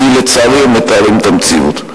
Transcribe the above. כי לצערי הם מתארים את המציאות.